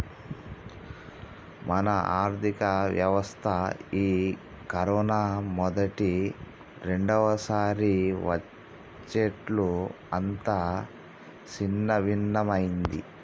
మన ఆర్థిక వ్యవస్థ ఈ కరోనా మొదటి రెండవసారి వచ్చేట్లు అంతా సిన్నభిన్నమైంది